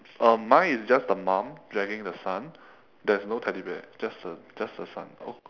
uh mine is just the mum dragging the son there's no teddy bear just the just the son oh